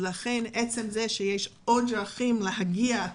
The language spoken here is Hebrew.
ולכן חשוב שההורים האלה יידעו שיש עוד דרכים להגיע.